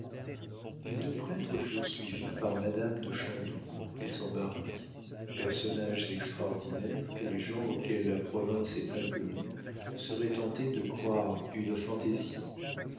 les deux prêtres furent suivis par madame de chandour et son mari personnages extraordinaires que les gens auxquels la province est inconnue seraient tentés de croire une fantaisie